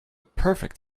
perfect